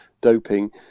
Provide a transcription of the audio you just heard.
doping